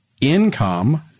income